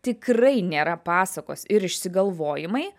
tikrai nėra pasakos ir išsigalvojimai